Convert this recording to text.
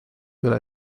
üle